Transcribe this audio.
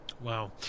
Wow